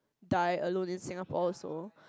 die alone in Singapore also